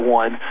one